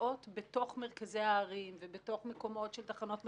מהנסיעות בתוך מרכזי הערים ובתוך מקומות של תחנות מרכזיות,